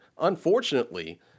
Unfortunately